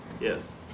Yes